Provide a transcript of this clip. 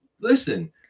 listen